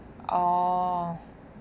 orh